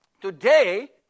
today